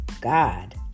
God